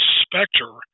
specter